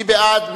מי בעד?